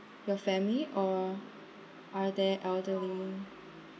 the family or are there elderly